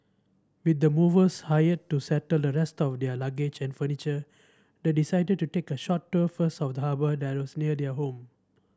with the movers hired to settle the rest of their luggage and furniture they decided to take a short tour first of the harbour that was near their home